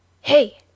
Hey